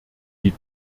die